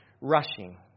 rushing